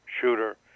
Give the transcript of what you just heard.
shooter